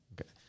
Okay